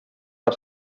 per